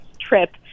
trip